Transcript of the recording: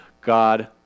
God